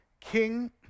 King